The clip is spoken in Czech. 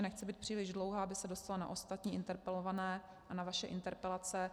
Nechci být příliš dlouhá, aby se dostalo na ostatní interpelované a na vaše interpelace.